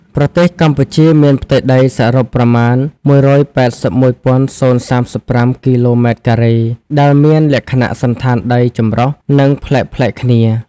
ប្រទេសកម្ពុជា មានផ្ទៃដីសរុបប្រមាណ ១៨១.០៣៥ គីឡូម៉ែត្រការ៉េ ដែលមានលក្ខណៈសណ្ឋានដីចម្រុះ និងប្លែកៗគ្នា។